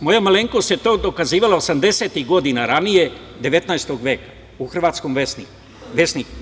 Moja malenkost je to dokazivala 80-ih godina ranije, 19 veka u Hrvatskom „Vjesniku“